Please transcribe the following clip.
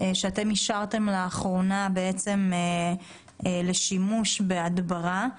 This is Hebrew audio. שאתם אישרתם לאחרונה לשימוש בהדברה.